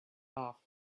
off